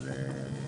אז תגיד.